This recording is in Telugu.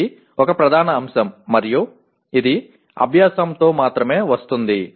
ఇది ఒక ప్రధాన అంశం మరియు ఇది అభ్యాసంతో మాత్రమే వస్తుంది